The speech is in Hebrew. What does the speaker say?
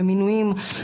במינויים,